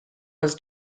was